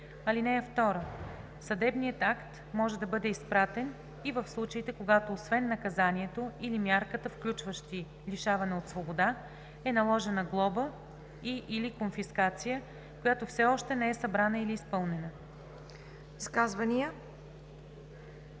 членка. (2) Съдебният акт може да бъде изпратен и в случаите, когато освен наказанието или мярката, включващи лишаване от свобода, е наложена глоба и/или конфискация, която все още не е събрана или изпълнена.“